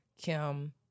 Kim